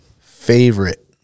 favorite